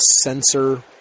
sensor